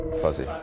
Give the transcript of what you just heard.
Fuzzy